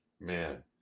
Man